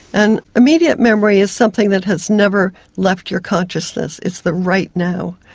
and immediate memory is something that has never left your consciousness, it's the right now,